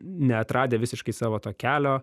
neatradę visiškai savo to kelio